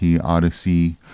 Odyssey